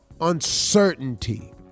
uncertainty